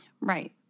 Right